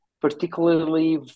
particularly